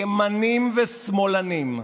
ימנים ושמאלנים,